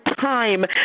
time